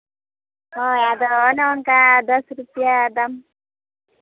ᱦᱳᱭ ᱟᱫᱚ ᱚᱱᱮ ᱚᱱᱠᱟ ᱫᱚᱥ ᱨᱩᱯᱤᱭᱟ ᱫᱟᱢ